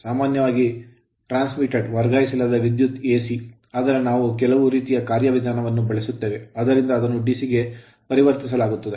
ಸಾಮಾನ್ಯವಾಗಿ transmitted ವರ್ಗಾಯಿಸಲಾದ ವಿದ್ಯುತ್ AC ಆದರೆ ನಾವು ಕೆಲವು ರೀತಿಯ ಕಾರ್ಯವಿಧಾನವನ್ನು ಬಳಸುತ್ತೇವೆ ಆದ್ದರಿಂದ ಅದನ್ನು DC ಗೆ ಪರಿವರ್ತಿಸಲಾಗುತ್ತದೆ